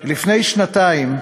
לפני שנתיים,